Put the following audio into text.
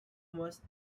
must